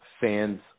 fans